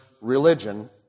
religion